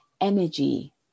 energy